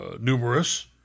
numerous